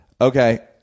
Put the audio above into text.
okay